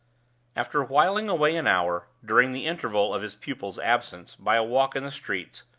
after whiling away an hour, during the interval of his pupil's absence, by a walk in the streets,